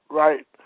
right